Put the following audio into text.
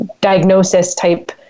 diagnosis-type